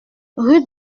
rue